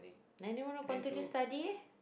nineteen want to continue study leh